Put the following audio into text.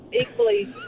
equally